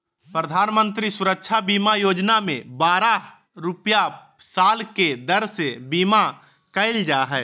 प्रधानमंत्री सुरक्षा बीमा योजना में बारह रुपया साल के दर से बीमा कईल जा हइ